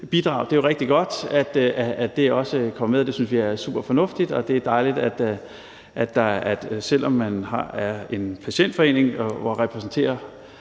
Det er jo rigtig godt, at det også kommer med, og det synes vi er superfornuftigt, og det er dejligt. Selv om man er en patientforening og repræsenterer